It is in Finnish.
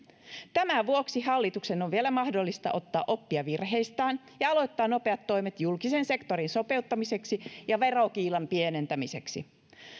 tämän vuoksi hallituksen on vielä mahdollista ottaa oppia virheistään ja aloittaa nopeat toimet julkisen sektorin sopeuttamiseksi ja verokiilan pienentämiseksi